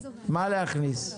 מה להכניס?